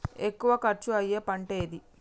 ఎక్కువ ఖర్చు అయ్యే పంటేది?